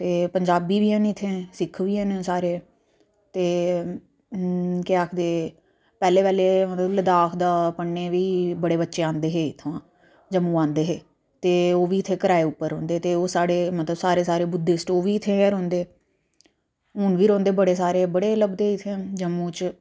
ते पंजाबी गै न इत्थें सिक्ख गै न इत्थें सारे ते केह् आक्खदे ते पैह्लें पैह्लें लद्दाख दा बी बड़े बच्चे आंदे हे पढ़ना जम्मू आंदे हे ते ओह्बी इत्थेै किराये पर रौहंदे हे ते ओह् सारे बुद्धिस्ट ओह्बी सारे इत्थै रौहंदे हून बी रौहंदे इत्थें हून बी लभदे जम्मू च